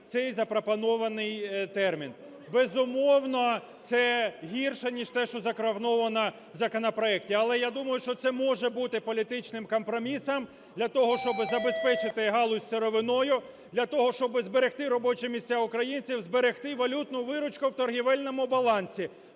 цей запропонований термін. Безумовно, це гірше, ніж те, що запропоновано в законопроекті. Але я думаю, що це може політичним компромісом для того, щоб забезпечити галузь сировиною, для того, щоб зберегти робочі місця українців, зберегти валютну виручку в торгівельному балансі.